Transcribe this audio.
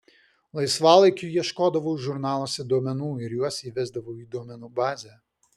laisvalaikiu ieškodavau žurnaluose duomenų ir juos įvesdavau į duomenų bazę